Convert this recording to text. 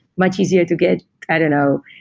much easier to get i don't know,